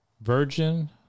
virgin